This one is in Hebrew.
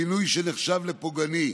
כינוי שנחשב פוגעני.